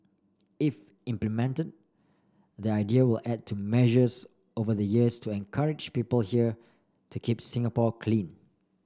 if implemented the idea will add to measures over the years to encourage people here to keep Singapore clean